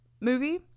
movie